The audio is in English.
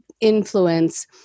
influence